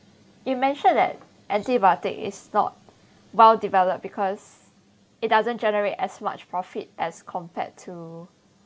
you mentioned that antibiotic is not well developed because it doesn't generate as much profit as compared to